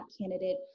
candidate